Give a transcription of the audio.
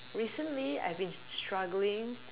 recently I've been struggling